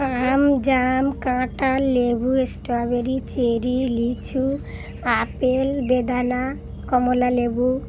আম জাম কাঁঠাল লেবু স্ট্রবেরি চেরি লিচু আপেল বেদানা কমলা লেবু